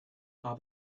are